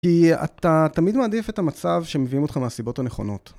כי אתה תמיד מעדיף את המצב שמביאים אותך מהסיבות הנכונות.